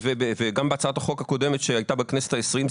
וגם בהצעת החוק הקודמת שהייתה בכנסת ה-20,